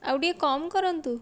ଆଉ ଟିକେ କମ୍ କରନ୍ତୁ